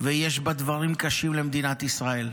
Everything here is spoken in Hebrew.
ויש בה דברים קשים למדינת ישראל.